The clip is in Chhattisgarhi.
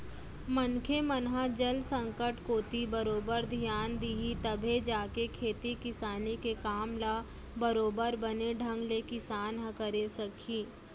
मनखे मन ह जल संकट कोती बरोबर धियान दिही तभे जाके खेती किसानी के काम ल बरोबर बने ढंग ले किसान ह करे सकही